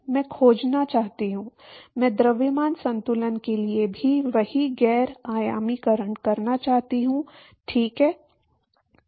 मैं खोजना चाहता हूं मैं द्रव्यमान संतुलन के लिए भी वही गैर आयामीकरण करना चाहता हूं ठीक है